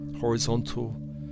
horizontal